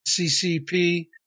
CCP